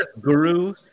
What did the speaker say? guru